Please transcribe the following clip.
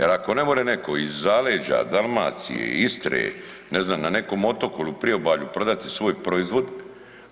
Jer ako ne more netko iz zaleža Dalmacije, Iste ne znam na nekom otoku ili u priobalju prodati svoj proizvod,